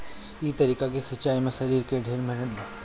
ई तरीका के सिंचाई में शरीर के ढेर मेहनत बा